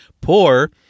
poor